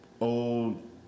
Old